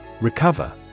Recover